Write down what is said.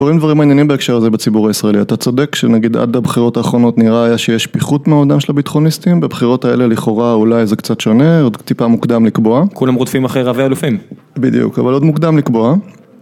קורים דברים מעניינים בהקשר הזה בציבור הישראלי, אתה צודק שנגיד עד הבחירות האחרונות נראה היה שיש פיחות במעמדם של הביטחוניסטים, בבחירות האלה לכאורה אולי זה קצת שונה, עוד טיפה מוקדם לקבוע. כולם רודפים אחרי רבי אלופים. בדיוק, אבל עוד מוקדם לקבוע.